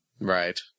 Right